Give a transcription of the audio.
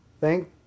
thank